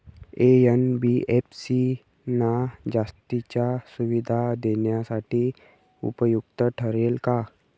NBFC ना जास्तीच्या सुविधा देण्यासाठी उपयुक्त ठरेल का?